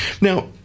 now